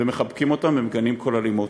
ומחבקים אותם ומגנים כל אלימות.